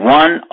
one